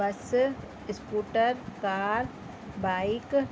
bus scooter car bike